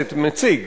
בכנסת מציג,